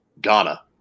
Ghana